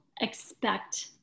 expect